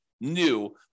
new